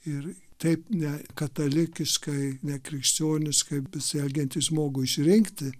ir taip ne katalikiškai nekrikščioniškai besielgiantį žmogų išrinkti